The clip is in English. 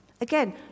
Again